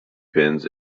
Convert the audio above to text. pins